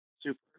super